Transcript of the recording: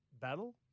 battle